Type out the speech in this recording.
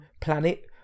planet